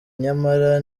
nyamara